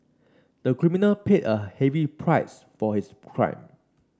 the criminal paid a heavy price for his crime